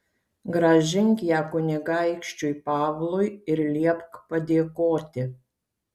grąžink ją kunigaikščiui pavlui ir liepk padėkoti